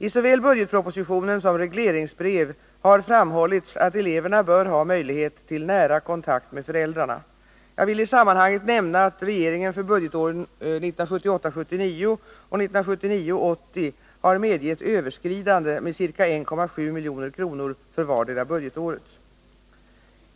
I såväl budgetpropositionen som regleringsbrev har framhållits att eleverna bör ha möjlighet till nära kontakt med föräldrarna. Jag vill i sammanhanget nämna att regeringen för budgetåren 1978 80 har medgett överskridande med ca 1,7 milj.kr. för vartdera budgetåret.